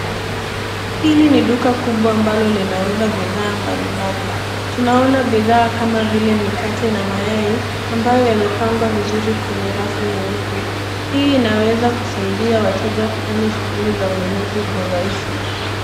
Hili ni duka kubwa ambalo linauza bidhaa mbalimbali. Tunaona bidhaa kama vile mikate na mayai ambayo yamepangwa vizuri kwenye rafu nyeupe. Hii inaweza kusaidia wateja kufanya shughuli za ununuzi kwa urahisi.